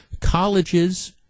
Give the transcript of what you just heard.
colleges –